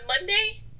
Monday